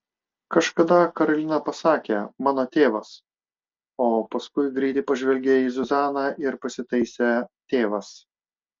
kažkada karolina pasakė mano tėvas o paskui greitai pažvelgė į zuzaną ir pasitaisė tėvas